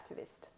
activist